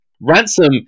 Ransom